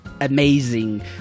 amazing